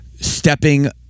stepping